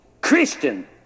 Christian